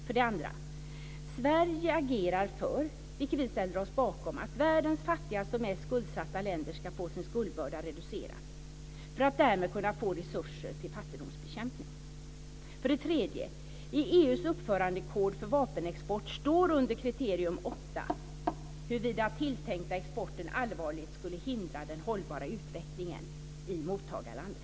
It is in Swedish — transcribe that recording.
För det andra agerar Sverige för, vilket vi ställer oss bakom, att världens fattigaste och mest skuldsatta länder ska få sin skuldbörda reducerad för att de därmed ska kunna få resurser till fattigdomsbekämpningen. För det tredje: I EU:s uppförandekod för vapenexport står under kriterium 8 om huruvida den tilltänkta exporten allvarligt skulle hindra den hållbara utvecklingen i mottagarlandet.